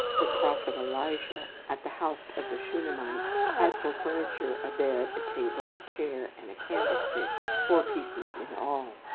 the prophet elisha, at the house of the shunamite, had for furniture a bed, a table, a chair, and a candlestick four pieces in all.